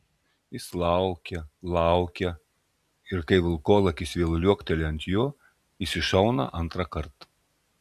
jis laukia laukia ir kai vilkolakis vėl liuokteli ant jo jis iššauna antrąkart